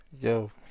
Yo